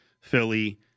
Philly